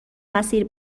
مسیر